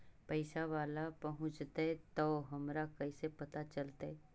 पैसा बाला पहूंचतै तौ हमरा कैसे पता चलतै?